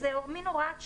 איזו מעין הוראת שעה,